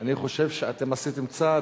אני חושב שאתם עשיתם צעד,